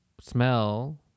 smell